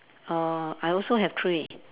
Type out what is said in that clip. oh I also have three